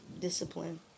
discipline